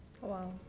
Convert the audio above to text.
Wow